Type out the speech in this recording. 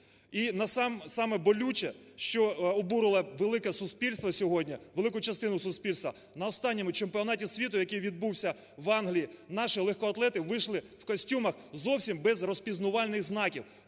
І саме болюче, що обурило велике суспільство сьогодні, велику частину суспільства. На останньому Чемпіонаті світу, який відбувся в Англії, наші легкоатлети вийшли в костюмах зовсім без розпізнавальних знаків.